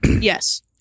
yes